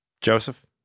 Joseph